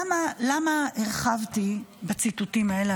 למה הרחבתי בציטוטים האלה,